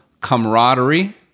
camaraderie